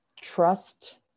trust